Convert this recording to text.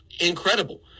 incredible